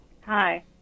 Hi